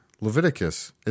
Leviticus